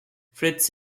fritz